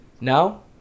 now